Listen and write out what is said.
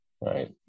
right